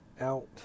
out